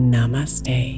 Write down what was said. Namaste